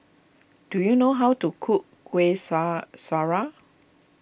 do you know how to cook Kuih Sya Syara